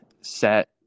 set